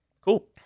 Cool